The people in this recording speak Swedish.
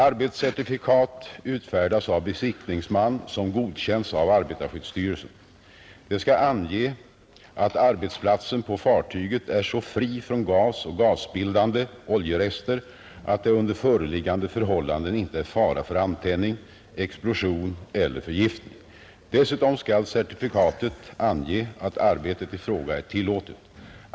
Arbetscertifikat utfärdas av besiktningsman som godkänts av arbetarskyddsstyrelsen. Det skall ange att arbetsplatsen på fartyget är så fri från gas och gasbildande oljerester att det under föreliggande förhållanden inte är fara för antändning, explosion eller förgiftning. Dessutom skall certifikatet ange att arbetet i fråga är tillåtet.